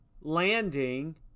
landing